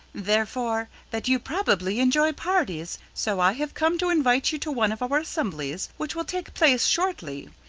therefore, that you probably enjoy parties, so i have come to invite you to one of our assemblies which will take place shortly.